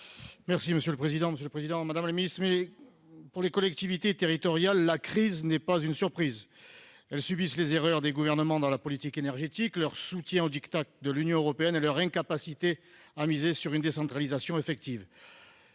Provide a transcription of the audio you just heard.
est à M. Stéphane Ravier. Madame la ministre, pour les collectivités territoriales, la crise n'est pas une surprise. Elles subissent les erreurs des gouvernements dans la politique énergétique, leur soumission aux diktats de l'Union européenne et leur incapacité à miser sur une décentralisation effective.